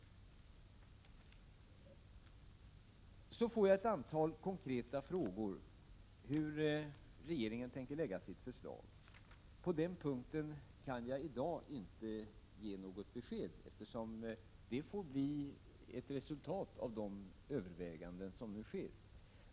Jag har av Gunnel Liljegren och Ylva Annerstedt fått ett antal konkreta frågor om regeringens kommande förslag. På den punkten kan jag i dag inte ge något besked, eftersom regeringens förslag blir ett resultat av de överväganden som nu sker.